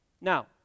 Now